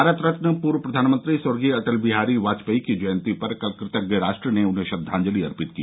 भारत रत्न पूर्व प्रधानमंत्री स्वर्गीय अटल बिहारी वाजपेयी की जयन्ती पर कल कृतज्ञ राष्ट्र उन्हें श्रद्वांजलि अर्पित की